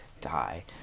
Die